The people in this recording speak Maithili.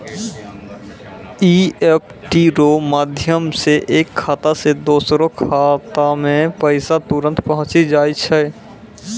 ई.एफ.टी रो माध्यम से एक खाता से दोसरो खातामे पैसा तुरंत पहुंचि जाय छै